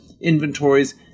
inventories